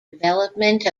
development